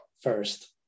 first